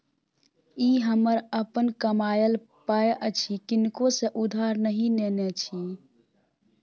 ई हमर अपन कमायल पाय अछि किनको सँ उधार नहि नेने छी